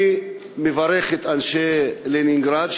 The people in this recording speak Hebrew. אני מברך את אנשי לנינגרד,